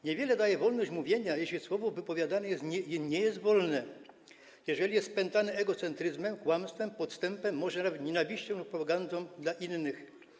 Niewiele daje wolność mówienia, jeśli słowo wypowiadane nie jest wolne, jeśli jest spętane egocentryzmem, kłamstwem, podstępem, może nawet nienawiścią lub pogardą dla innych.